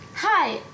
Hi